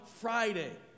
Friday